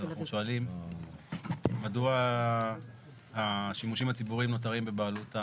אז אנחנו שואלים מדוע השימושים הציבוריים נותרים בבעלות,